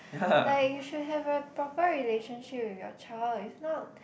like you should have a proper relationship with your child if not